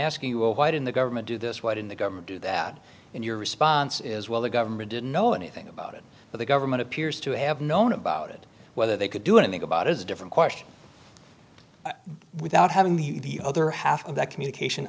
asking you why didn't the government do this why didn't the government do that in your response is well the government didn't know anything about it but the government appears to have known about it whether they could do anything about is a different question without having the other half of that communication